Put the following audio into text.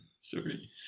Sorry